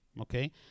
okay